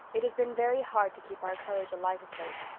it has been very hard to keep our courage alight of late.